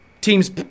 teams